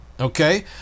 okay